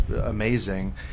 amazing